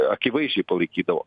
akivaizdžiai palaikydavo